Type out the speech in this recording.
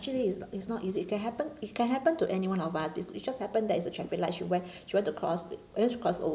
actually it's it's not easy it can happen it can happen to anyone of us it it just happened that it's a traffic light she want she want to cross w~ she want to cross over